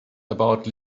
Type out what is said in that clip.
about